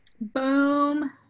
boom